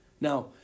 Now